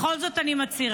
בכל זאת אני מצהירה.